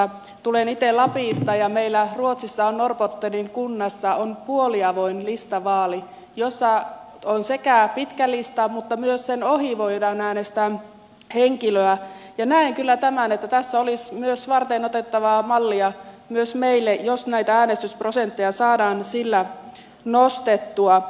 tulen itse lapista ja siellä ruotsissa norrbottenin kunnassa on puoliavoin listavaali jossa sekä on pitkä lista että myös sen ohi voidaan äänestää henkilöä ja näen kyllä tämän että tässä olisi varteenotettavaa mallia myös meille jos näitä äänestysprosentteja saadaan sillä nostettua